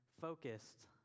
focused